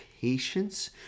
patience